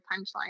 punchline